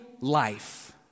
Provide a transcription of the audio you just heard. life